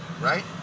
Right